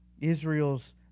Israel's